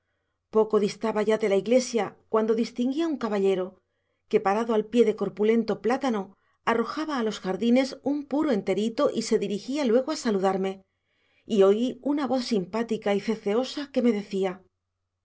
poco distaba ya de la iglesia cuando distinguí a un caballero que parado al pie de corpulento plátano arrojaba a los jardines un puro enterito y se dirigía luego a saludarme y oí una voz simpática y ceceosa que me decía